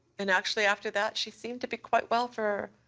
and actually, after that, she seemed to be quite well for.